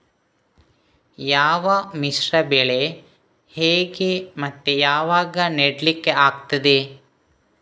ಯಾವ ಮಿಶ್ರ ಬೆಳೆ ಹೇಗೆ ಮತ್ತೆ ಯಾವಾಗ ನೆಡ್ಲಿಕ್ಕೆ ಆಗ್ತದೆ?